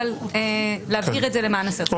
אבל נבהיר את זה למען הסר ספק.